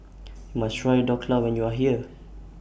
YOU must Try Dhokla when YOU Are here